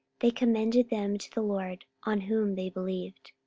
they commended them to the lord, on whom they believed.